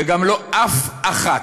וגם לא אף אחת,